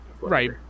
Right